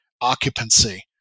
occupancy